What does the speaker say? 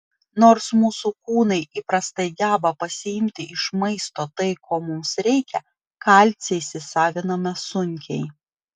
nors mūsų kūnai įprastai geba pasiimti iš maisto tai ko mums reikia kalcį įsisaviname sunkiai